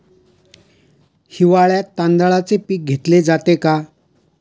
हिवाळ्यात तांदळाचे पीक घेतले जाते का?